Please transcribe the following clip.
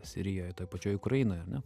sirijoj toj pačioj ukrainoj ar ne